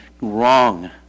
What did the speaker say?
wrong